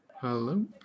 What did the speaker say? Hello